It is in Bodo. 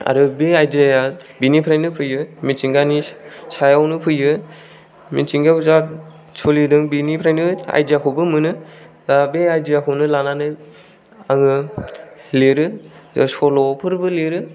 आरो बे आयदिया या बेनिफ्रायनो फैयो मिथिंगानि सायावनो फैयो मिथिंगायाव जा सोलिदों बेनिफ्रायनो आयदिया खौबो मोनो दा बे आयदिया खौनो लानानै आङो लिरो जे सल'फोरबो लिरो